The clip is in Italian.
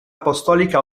apostolica